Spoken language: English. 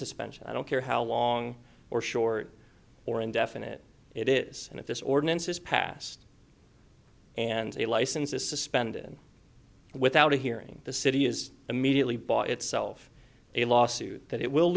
suspension i don't care how long or short or indefinite it is and if this ordinance is passed and a license is suspended without a hearing the city is immediately by itself a lawsuit that it will